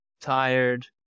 tired